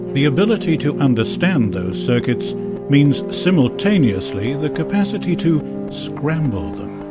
the ability to understand those circuits means simultaneously the capacity to scramble them.